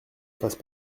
fasse